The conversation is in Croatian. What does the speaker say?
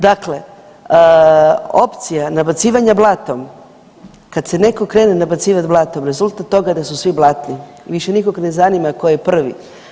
Dakle, opcija nabacivanja blatom, kad se netko krene nabacivati blatom, rezultat toga da su svi blatni, više nikog ne zanima tko je prvi.